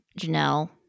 Janelle